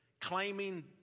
claiming